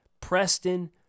Preston